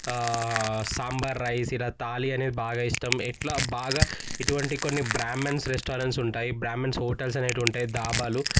sambar rice ఇలా థాలీ అనేది బాగా ఇష్టం ఇట్లా బాగా ఇటువంటి కొన్ని బ్రహ్మన్స్ రెస్టారెంట్స్ ఉంటాయి బ్రహ్మాన్స్ హోటల్స్ అనేటివి ఉంటాయి ధాబాలు